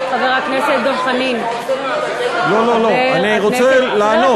חבר הכנסת דב חנין, לא לא לא, אני רוצה לענות.